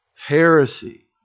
heresy